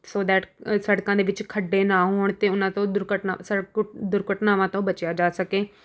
ਸੌ ਦੈਟ ਸੜਕਾਂ ਦੇ ਵਿੱਚ ਖੱਡੇ ਨਾ ਹੋਣ ਅਤੇ ਉਹਨਾਂ ਤੋਂ ਦੁਰਘਟਨਾ ਸੜਕ ਦੁਰਘਟਨਾਵਾਂ ਤੋਂ ਬਚਿਆ ਜਾ ਸਕੇ